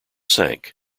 sank